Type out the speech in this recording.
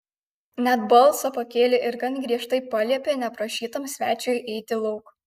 net balsą pakėlė ir gan griežtai paliepė neprašytam svečiui eiti lauk